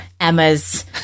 Emma's